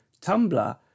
tumblr